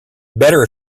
better